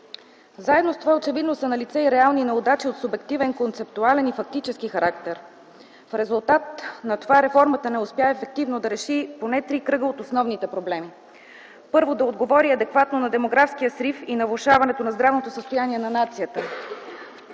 Заедно с това очевидно са налице и реални неудачи от субективен, концептуален и фактически характер. В резултат на това реформата не успя ефективно да реши поне три кръга от основните проблеми. Първо, да отговори адекватно на демографския срив и на влошаването на здравното състояние на нацията.